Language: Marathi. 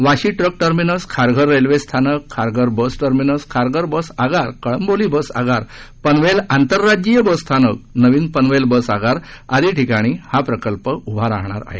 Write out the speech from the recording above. Vashi truck terminus Kharghar railway स्थानक Kharghar bus terminus Kharghar bus आगार कळंबोली बस आगार पनवेल आंतरराज्यीय बस स्थानक नवीन पनवेल बस आगार आदी ठिकाणी हा प्रकल्प उभा राहत आहे